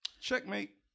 Checkmate